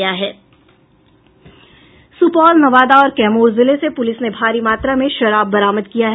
सूपौल नवादा और कैमूर जिले से पूलिस ने भारी मात्रा में शराब बरामद किया है